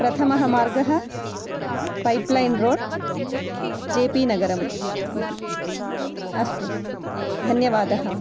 प्रथमः पार्गः pipeline road JP नगरं इति अस्तु धन्यवादः